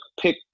pick